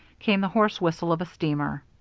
came the hoarse whistle of a steamer.